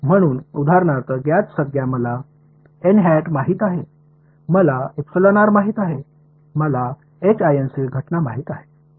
म्हणून उदाहरणार्थ ज्ञात संज्ञा मला माहित आहे मला माहित आहे मला घटना माहित आहे